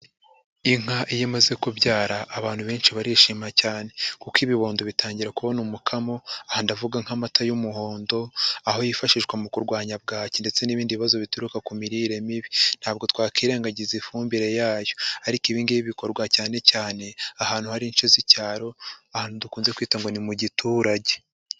Inka iyo imaze kubyara abantu benshi barishima cyane kuko ibibondo bitangira kubona umukamo, aha ndavuga nk'amata y'umuhondo, aho yifashishwa mu kurwanya bwaki ndetse n'ibindi bibazo bituruka ku mirire mibi, ntabwo twakwirengagiza ifumbire yayo ariko ibingibi bikorwa cyane cyane ahantu hari ince z'icyacyaro, ahantu dukunze kwita ngo ni mu giturage.